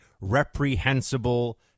reprehensible